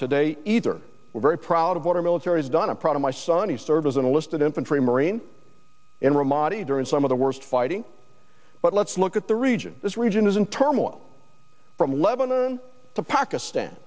today either we're very proud of what our military has done i'm proud of my son he served as an enlisted infantry marine in ramadi during some of the worst fighting but let's look at the region this region is in turmoil from lebanon to pakistan